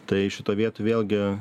tai šito vietų vėlgi